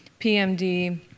PMD